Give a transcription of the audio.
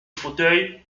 fauteuil